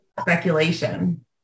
Speculation